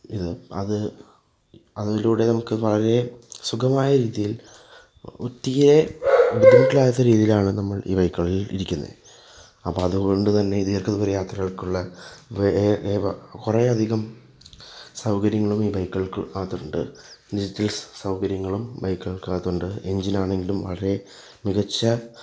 ഇത് അത് അതിലൂടെ നമുക്കു വളരേ സുഖമായ രീതിയിൽ ഒറ്റിയേ മിഡിൽ ക്ലാസ് രീതിയിലാണ് നമ്മൾ ഈ ബൈക്കുകളിൽ ഇരിക്കുന്നത് അപ്പം അതുകൊണ്ടുതന്നെ ദീർഘദൂര യാത്രകൾക്കുള്ള കുറേയധികം സൗകര്യങ്ങളും ഈ ബൈക്കുകൾക്ക് അതുണ്ട് ഡിജിറ്റൽ സൗകര്യങ്ങളും ബൈക്കുകൾക്കതുണ്ട് എഞ്ചിനാണെങ്കിലും വളരേ മികച്ച